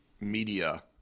media